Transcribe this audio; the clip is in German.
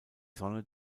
sonne